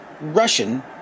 Russian